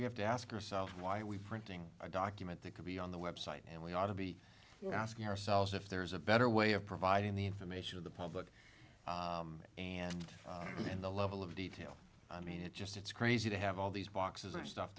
we have to ask ourselves why we printing a document that could be on the website and we ought to be asking ourselves if there is a better way of providing the information to the public and the level of detail i mean it just it's crazy to have all these boxes of stuff